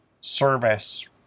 service